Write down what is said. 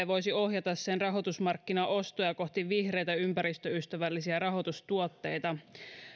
voisi ohjata sen rahoitusmarkkinaostoja kohti vihreitä ympäristöystävällisiä rahoitustuotteita